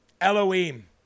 Elohim